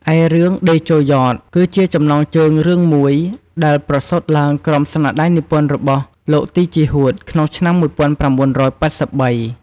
ឯរឿង “តេជោយ៉ត” គឺជាចំណងជើងរឿងមួយ ដែលប្រសូតឡើងក្រោមស្នាដៃនិពន្ធរបស់ លោក ទី ជីហួត ក្នុងឆ្នាំ ១៩៨៣។